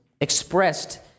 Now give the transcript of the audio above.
expressed